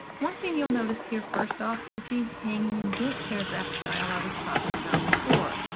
one thing you'll notice here first off is the hanging indent paragraph style i was talking about before.